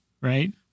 right